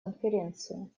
конференции